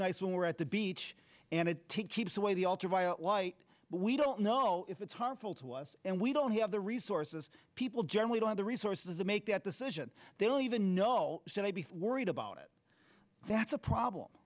nice when we're at the beach and it is the way the ultraviolet light but we don't know if it's harmful to us and we don't have the resources people generally don't have the resources to make that decision they don't even know should i be worried about it that's a problem